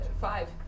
five